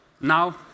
Now